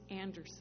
Anderson